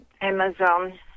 Amazon